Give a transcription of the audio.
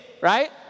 right